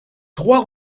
trois